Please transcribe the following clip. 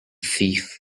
thief